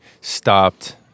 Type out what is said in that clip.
stopped